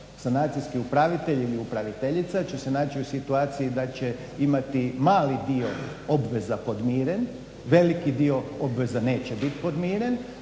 sanacijski upravitelj ili upraviteljica će se naći u situaciji da će imati mali dio obveza podmiren, veliki dio obveza neće bit podmiren.